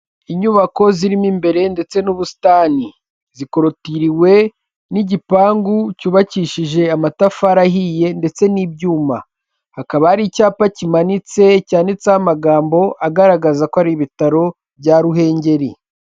Inyubako zirimo imbere ndetse n'ubusitani zikorotiriwe n'igipangu cyubakishije amatafari ahiye ndetse n'ibyuma, hakaba hari icyapa kimanitse cyanditseho amagambo agaragaza ko ari ibitaro bya Ruhengeri.